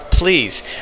Please